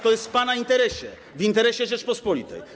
To jest w pana interesie, w interesie Rzeczypospolitej.